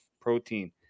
protein